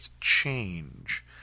change